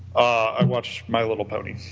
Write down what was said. i watch my little pony,